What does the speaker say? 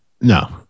no